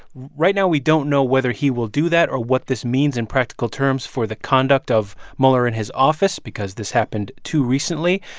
right now we don't know whether he will do that or what this means in practical terms for the conduct of mueller and his office because this happened too recently.